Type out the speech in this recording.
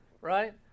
right